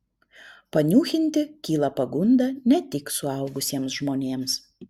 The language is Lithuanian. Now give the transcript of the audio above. paniūchinti kyla pagunda ne tik suaugusiems žmonėms